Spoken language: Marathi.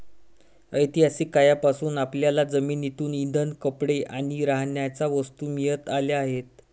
ऐतिहासिक काळापासून आपल्याला जमिनीतून इंधन, कपडे आणि राहण्याच्या वस्तू मिळत आल्या आहेत